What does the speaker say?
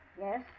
Yes